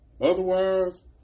Otherwise